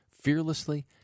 fearlessly